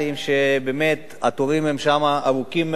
ובאמת התורים שם ארוכים מאוד,